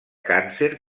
càncer